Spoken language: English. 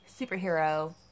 superhero